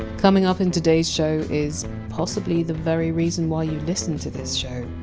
coming up in today! s show is possibly the very reason why you listen to this show?